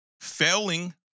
failing